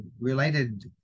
related